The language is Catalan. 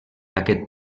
aquest